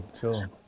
sure